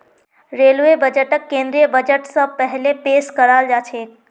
railway बजटक केंद्रीय बजट स पहिले पेश कराल जाछेक